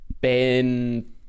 Ben